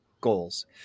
goals